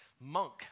monk